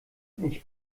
ich